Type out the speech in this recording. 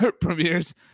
premieres